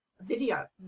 video